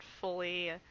fully